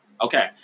Okay